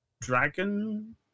dragon